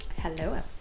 Hello